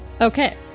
Okay